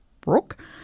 Brook